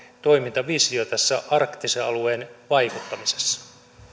toimintavisio tässä arktisen alueen vaikuttamisessa